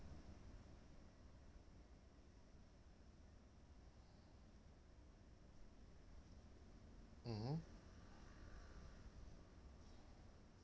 mmhmm